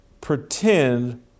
pretend